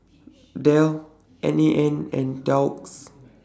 Dell N A N and Doux